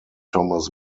thomas